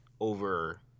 over